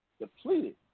depleted